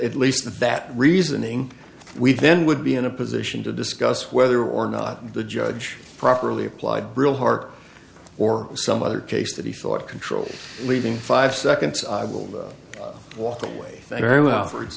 at least that reasoning we then would be in a position to discuss whether or not the judge properly applied brill hark or some other case that he thought control leaving five seconds i will walk away very well for